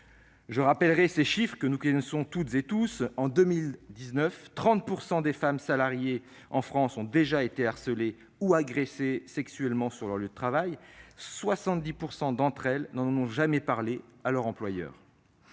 Je rappellerai les chiffres que nous connaissons toutes et tous : en 2019, 30 % des femmes salariées en France ont déjà été harcelées ou agressées sexuellement sur leur lieu de travail, et 70 % d'entre elles n'en ont jamais parlé à leur employeur.